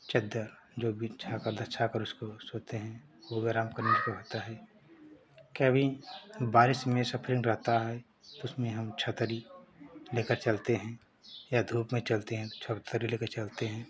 चद्दर जो बिछाकर उसको सोते हैं होता है कभी बारिश में रहता है तो उसमें हम छतरी लेकर चलते हैं या धूप में चलते हैं तो छतरी लेकर चलते हैं